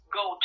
go